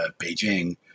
Beijing